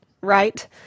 right